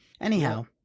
anyhow